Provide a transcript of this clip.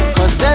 Cause